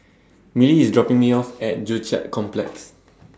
Milly IS dropping Me off At Joo Chiat Complex